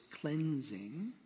cleansing